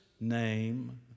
name